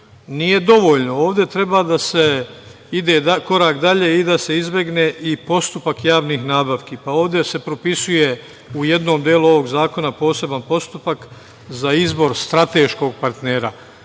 Nije dovoljno. Ovde treba da se ide korak dalje i da se izbegne i postupak javnih nabavki. Ovde se propisuje u jednom delu ovog zakona poseban postupak za izbor strateškog partnera.